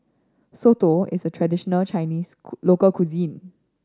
soto is a traditional Chinese local cuisine